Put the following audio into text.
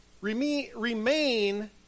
remain